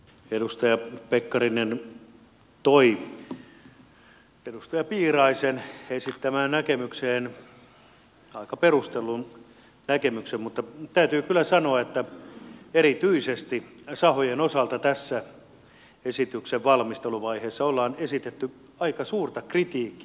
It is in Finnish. edustaja pekkarinen toi edustaja piiraisen esittämään näkemykseen aika perustellun näkemyksen mutta täytyy kyllä sanoa että erityisesti sahojen osalta tässä esityksen valmisteluvaiheessa ollaan esitetty aika suurta kritiikkiä